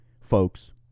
folks